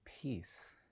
peace